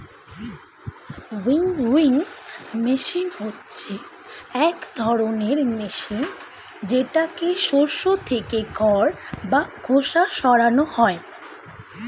winnowing machine হচ্ছে এক ধরনের মেশিন যেটাতে শস্য থেকে খড় বা খোসা সরানো হয়